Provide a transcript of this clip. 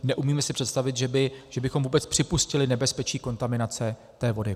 Neumím si představit, že bychom vůbec připustili nebezpečí kontaminace té vody.